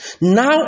Now